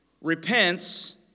repents